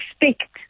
expect